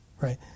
right